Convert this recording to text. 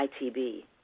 ITB